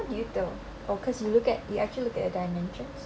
how do you tell oh cause you look at you actually look at the dimensions